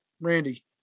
Randy